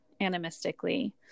animistically